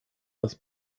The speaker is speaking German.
das